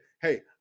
Hey